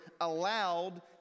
allowed